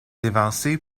devancé